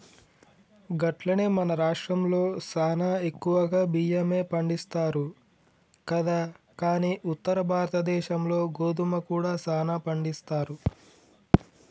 గట్లనే మన రాష్ట్రంలో సానా ఎక్కువగా బియ్యమే పండిస్తారు కదా కానీ ఉత్తర భారతదేశంలో గోధుమ కూడా సానా పండిస్తారు